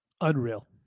unreal